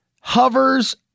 hovers